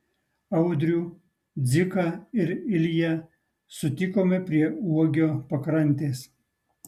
audrių dziką ir ilją sutikome prie uogio pakrantės